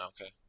Okay